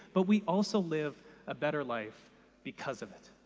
but we also live a better life because of it.